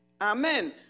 Amen